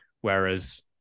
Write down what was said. whereas